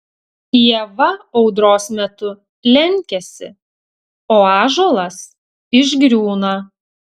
ieva audros metu lenkiasi o ąžuolas išgriūna